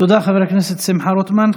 תודה, חבר הכנסת שמחה רוטמן.